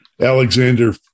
Alexander